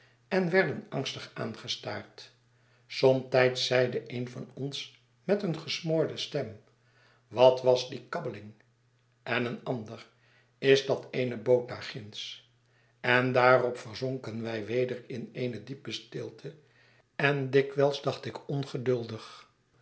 en werden angstig aangestaard somtijds zeide een van ons met eene gesmoorde stem wat was die kabbeling en een ander is dat eene boot daarginds en daarop verzonken wij weder in eene diepe stilte en dikwijls dachtikongeduldig hoe